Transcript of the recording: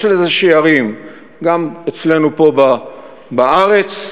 יש לזה שיירים גם אצלנו פה בארץ,